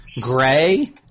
gray